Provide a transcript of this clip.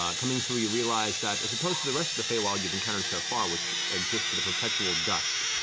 um coming through, you realize that, as opposed to the rest of the feywild you've encountered so far, which exists in a perpetual dusk,